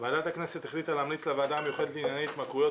ועדת הכנסת החליטה להמליץ לוועדה המיוחדת לענייני התמכרויות,